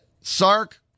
Sark